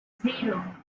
zero